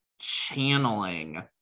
channeling